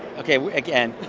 ok. again.